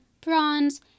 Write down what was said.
Bronze